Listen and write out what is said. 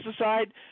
aside